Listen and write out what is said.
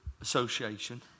association